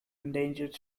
endangered